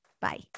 Bye